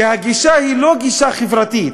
כי הגישה היא לא גישה חברתית,